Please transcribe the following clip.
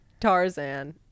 Tarzan